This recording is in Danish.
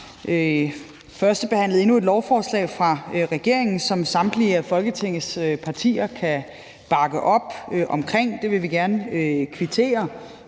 førstebehandlet endnu et lovforslag fra regeringen, som samtlige af Folketingets partier kan bakke op om. Det vil vi gerne kvittere